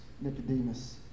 Nicodemus